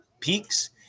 peaks